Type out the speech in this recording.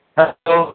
hello